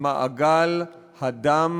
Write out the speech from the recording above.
מעגל הדם